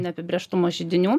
neapibrėžtumo židinių